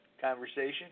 conversation